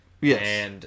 Yes